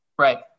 right